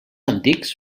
antics